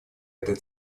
этой